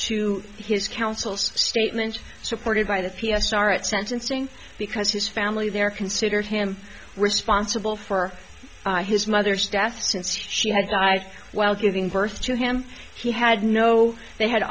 to his counsel's statement supported by the p s r at sentencing because his family there considered him responsible for his mother's death since she had died while giving birth to him he had no they had